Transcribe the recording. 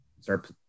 start